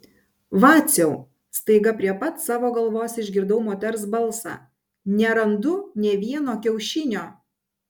vaciau staiga prie pat savo galvos išgirdau moters balsą nerandu nė vieno kiaušinio